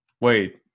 Wait